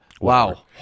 Wow